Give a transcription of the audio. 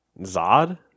Zod